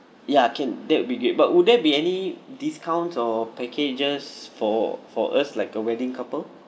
ya can that will be great but would there be any discount or packages for for us like a wedding couple